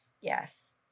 yes